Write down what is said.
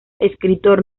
escritor